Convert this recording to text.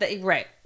Right